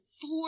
four